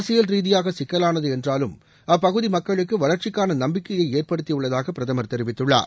அரசியல் ரீதியாக சிக்கலாளது என்றாலும் அப்பகுதி மக்களுக்கு வளர்ச்சிக்கான நம்பிக்கையை ஏற்படுத்தியுள்ளதாக பிரதமர் தெரிவித்துள்ளார்